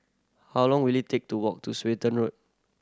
how long will it take to walk to Swetten Road